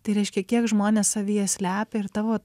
tai reiškia kiek žmonės savyje slepia ir tavo